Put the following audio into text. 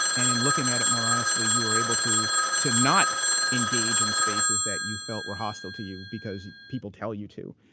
and in looking at it more honestly, you are able to to not engage in spaces that you felt were hostile to you because people tell you to,